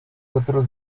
otros